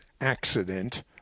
accident